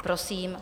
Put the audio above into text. Prosím.